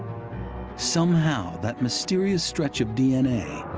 somehow that mysterious stretch of d n a.